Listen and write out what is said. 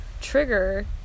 trigger